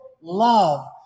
love